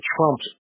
trumps